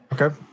Okay